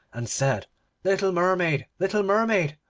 and said little mermaid, little mermaid,